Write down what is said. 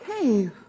cave